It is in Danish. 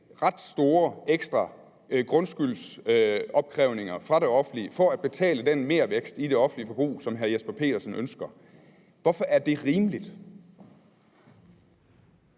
ret store ekstra grundskyldsopkrævninger fra det offentlige for at betale den mervækst i det offentlige forbrug, som hr. Jesper Petersen ønsker. Hvorfor er det rimeligt?